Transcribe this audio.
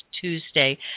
Tuesday